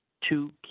two